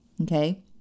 Okay